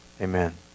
Amen